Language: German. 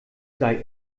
sei